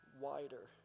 wider